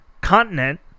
continent